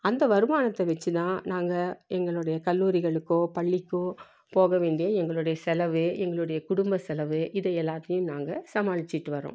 அந்த வருமானத்தை வைச்சி தான் நாங்கள் எங்களுடைய கல்லூரிகளுக்கோ பள்ளிக்கோ போகவேண்டிய எங்களுடைய செலவு எங்களுடைய குடும்ப செலவு இதை எல்லாத்தையும் நாங்கள் சமாளிச்சுட்டு வர்றோம்